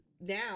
now